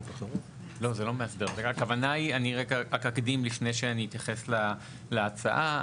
אני רק אקדים לפני שאני אתייחס להצעה,